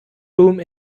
room